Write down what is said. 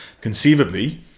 conceivably